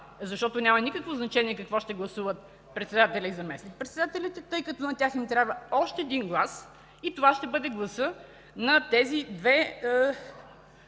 защото няма никакво значение какво ще гласуват председателят и заместник-председателите, тъй като на тях им трябва още един глас и това ще бъде гласът на тези две